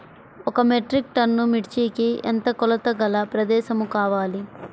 ఒక metric ton మిర్చికి ఎంత కొలతగల ప్రదేశము కావాలీ?